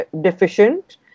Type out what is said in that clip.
deficient